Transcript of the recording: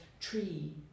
tree